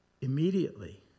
Immediately